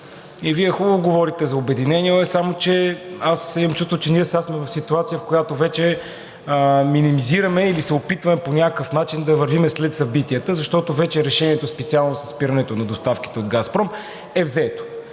И Вие хубаво говорите за обединение, само че аз имам чувството, че сега сме в ситуация, в която вече минимизираме или се опитваме по някакъв начин да вървим след събитията, защото решението, специално със спирането на доставките от „Газпром“, вече